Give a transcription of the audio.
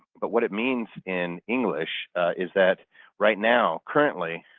but what it means in english is that right now, currently,